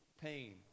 pain